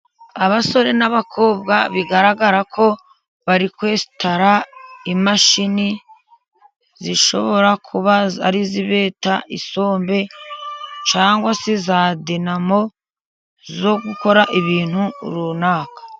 Abasore n'abakobwa bigaragara ko bari kwesitara imashini zishobora kuba ari izibeta isombe, cyangwa se za dinamo zo gukora ibintu runaka.